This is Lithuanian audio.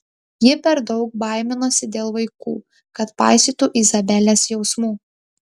ji per daug baiminosi dėl vaikų kad paisytų izabelės jausmų